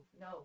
no